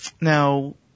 Now